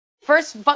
first